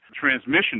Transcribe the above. transmission